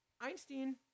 Einstein